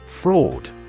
Fraud